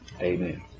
Amen